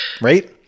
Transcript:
right